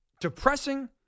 depressing